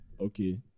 okay